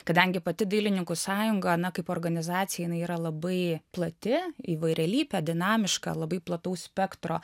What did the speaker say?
kadangi pati dailininkų sąjunga na kaip organizacija jinai yra labai plati įvairialypė dinamiška labai plataus spektro